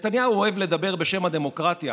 נתניהו אוהב לדבר בשם הדמוקרטיה,